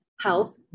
health